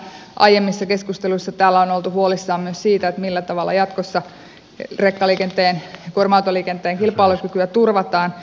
aiemmissa keskusteluissa täällä on oltu huolissaan myös siitä millä tavalla jatkossa rekkaliikenteen kuorma autoliikenteen kilpailukykyä turvataan